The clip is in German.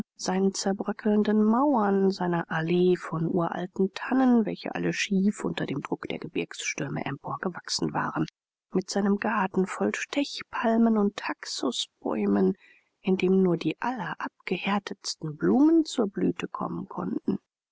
seinen zerbröckelnden mauern seiner allee von uralten tannen welche alle schief unter dem druck der gebirgsstürme empor gewachsen waren mit seinem garten voll stechpalmen und taxusbäumen in dem nur die allerabgehärtesten blumen zur blüte kommen konnten